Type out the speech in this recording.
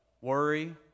Worry